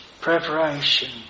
Preparation